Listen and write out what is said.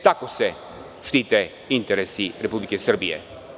Tako se štite interesi Republike Srbije.